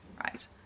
right